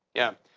yeah.